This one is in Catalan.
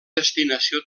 destinació